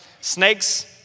snakes